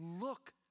look